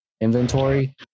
inventory